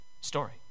story